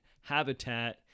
habitat